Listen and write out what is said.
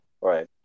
right